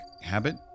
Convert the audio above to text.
Habit